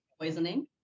Poisoning